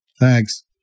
Thanks